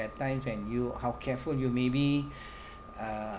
are times when you how careful you maybe uh